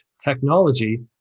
technology